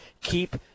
Keep